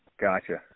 gotcha